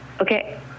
Okay